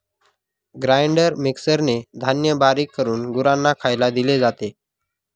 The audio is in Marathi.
ग्राइंडर मिक्सरने धान्य बारीक करून गुरांना खायला दिले जाते